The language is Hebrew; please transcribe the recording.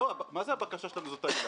מה זאת אומרת "הבקשה שלנו היא העילה"?